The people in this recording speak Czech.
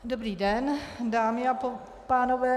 Dobrý den, dámy a pánové.